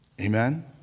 Amen